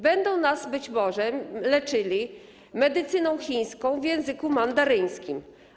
Będą nas być może leczyli medycyną chińską w języku mandaryńskim.